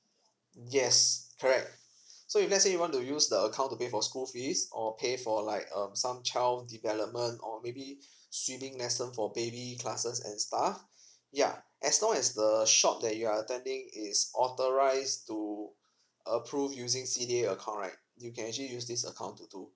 yes correct so if let's say you want to use the account to pay for school fees or pay for like um some child development or maybe sweeping lesson for baby classes and stuff ya as long as the shop that you are attending is authorised to approve using C_D_A account right you can actually use this account to do